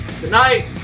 tonight